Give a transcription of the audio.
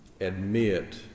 admit